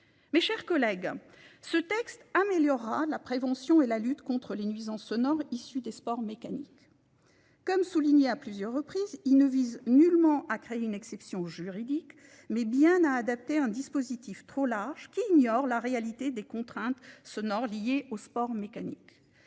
Mes chers collègues, ce texte améliorera la prévention et la lutte contre les nuisances sonores issues des sports mécaniques. Comme souligné à plusieurs reprises, il ne vise nullement à créer une exception juridique, mais bien à adapter un dispositif trop large qui ignore la réalité des contraintes sonores liées aux sports mécaniques.